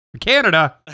Canada